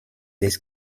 des